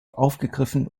aufgegriffen